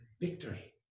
victory